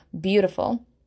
beautiful